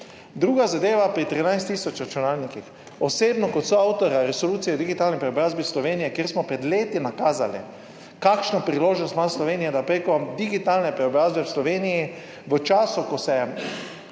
Druga zadeva, pri 13 tisoč računalnikih, osebno, kot soavtorja resolucije o digitalni preobrazbi iz Slovenije, kjer smo pred leti nakazali, kakšno priložnost ima Slovenija, da preko digitalne preobrazbe v Sloveniji v času, ko se